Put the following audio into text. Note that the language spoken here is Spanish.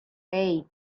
hey